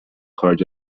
خارج